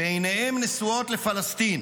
שעיניהם נשואות לפלסטין.